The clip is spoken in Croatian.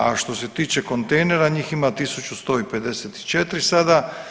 A što se tiče kontejnera njih ima 1.154 sada.